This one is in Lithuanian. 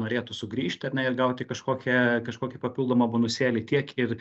norėtų sugrįžti ar ne ir gauti kažkokią kažkokį papildomą bonusėlį tiek ir